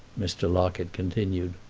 mr. locket continued.